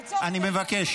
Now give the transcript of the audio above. אני מבקש.